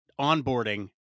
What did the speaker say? onboarding